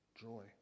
joy